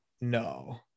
No